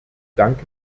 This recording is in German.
danke